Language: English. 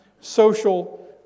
social